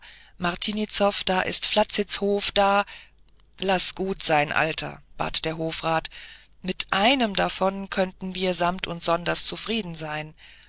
martinizow da ist flazizhof da laß gut sein alter bat der hofrat mit einem davon könnten wir samt und sonders zufrieden sein